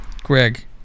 Greg